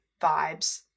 vibes